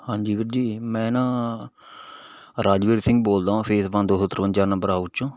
ਹਾਂਜੀ ਵੀਰ ਜੀ ਮੈਂ ਨਾ ਰਾਜਵੀਰ ਸਿੰਘ ਬੋਲਦਾ ਵਾ ਫੇਸ ਵੰਨ ਦੋ ਸੌ ਤਰਵੰਜਾ ਨੰਬਰ ਹਾਊਸ ਚੋਂ